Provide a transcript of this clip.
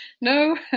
No